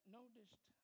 noticed